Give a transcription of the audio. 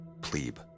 plebe